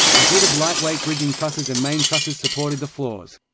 a grid of lightweight bridging trusses and main trusses supported the floors.